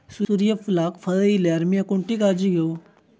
सूर्यफूलाक कळे इल्यार मीया कोणती काळजी घेव?